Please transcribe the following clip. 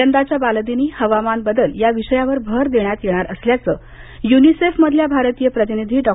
यंदाच्या बालदिनी हवामान बदल या विषयावर भर देण्यात येणार असल्याचं युनिसेफमधल्या भारतीय प्रतिनिधी डॉ